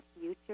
future